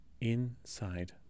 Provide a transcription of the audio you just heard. inside